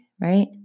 right